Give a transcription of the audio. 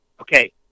okay